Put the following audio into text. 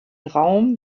raum